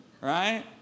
right